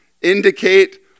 indicate